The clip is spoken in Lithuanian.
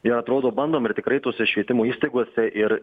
ir atrodo bandom ir tikrai tose švietimo įstaigose ir